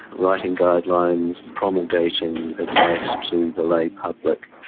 writing guidelines, promulgating advice to the lay-public,